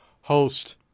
host